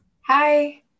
Hi